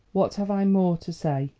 what have i more to say?